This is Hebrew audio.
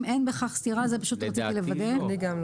אם אין בכך סתירה, רצינו לוודא.